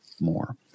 more